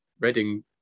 Reading